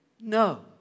No